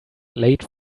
late